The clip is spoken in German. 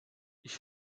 ich